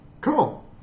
Cool